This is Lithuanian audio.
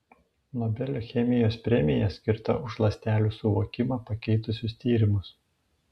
nobelio chemijos premija skirta už ląstelių suvokimą pakeitusius tyrimus